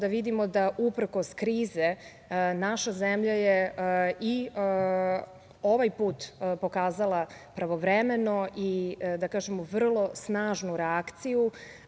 da vidimo da uprkos krizi, naša zemlja je i ovaj put pokazala pravovremeno i vrlo snažnu reakciju